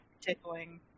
tickling